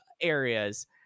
areas